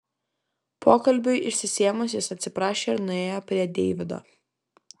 pokalbiui išsisėmus jis atsiprašė ir nuėjo prie deivido